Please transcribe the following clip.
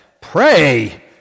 pray